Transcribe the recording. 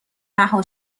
رها